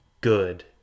good